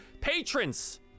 patrons